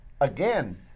Again